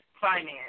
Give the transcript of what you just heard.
finance